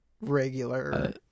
regular